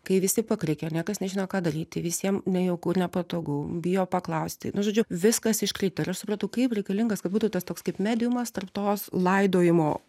kai visi pakrikę niekas nežino ką daryti visiem nejauku ir nepatogu bijo paklausti nu žodžiu viskas iškrito ir aš suprantau kaip reikalingas kad būtų tas toks kaip mediumas tarp tos laidojimo